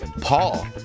Paul